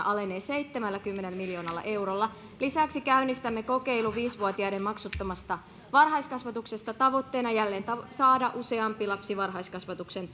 seitsemälläkymmenellä miljoonalla eurolla lisäksi käynnistämme kokeilun viisi vuotiaiden maksuttomasta varhaiskasvatuksesta tavoitteena jälleen saada useampi lapsi varhaiskasvatuksen